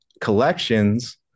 collections